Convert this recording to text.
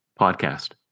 podcast